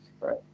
Right